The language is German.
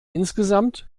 insgesamt